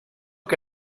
que